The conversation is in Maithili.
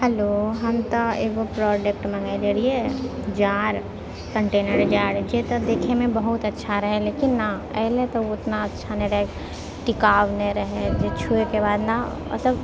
हैलो हम तऽ एगो प्रोडक्ट मङ्गैले रहियै जार कण्टेनर जार जे तऽ देखैमे बहुत अच्छा रहै लेकिन न ऐलै तऽ उतना अच्छा नै रहै टिकाउ नै रहै जे छुबैके बाद न